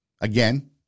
again